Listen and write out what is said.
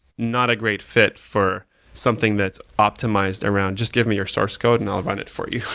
not a great fit for something that's optimized around, just give me your source code and i'll run it for you.